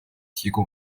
提供